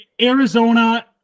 Arizona